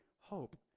hope